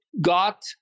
got